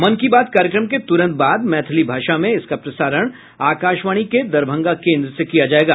मन की बात कार्यक्रम के तुरंत बाद मैथिली भाषा में इसका प्रसारण आकाशवाणी के दरभंगा केन्द्र से किया जायेगा